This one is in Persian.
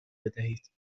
بدهید